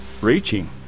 reaching